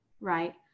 right